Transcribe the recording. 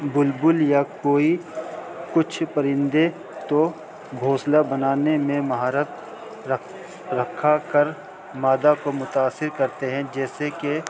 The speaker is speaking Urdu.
بلبل یا کوئی کچھ پرندے تو گھونسلہ بنانے میں مہارت رکھ رکھا کر مادہ کو متاثر کرتے ہیں جیسے کہ